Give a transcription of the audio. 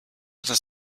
das